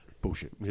bullshit